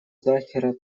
захира